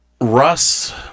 Russ